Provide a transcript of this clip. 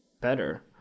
better